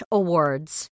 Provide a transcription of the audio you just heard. awards